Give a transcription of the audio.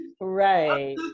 right